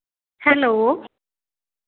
hello